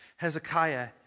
Hezekiah